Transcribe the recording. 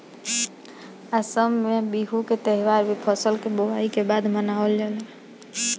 आसाम में बिहू के त्यौहार भी फसल के बोआई के बाद मनावल जाला